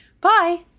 Bye